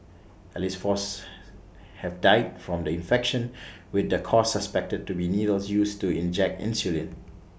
at least four's have died from the infection with the cause suspected to be needles used to inject insulin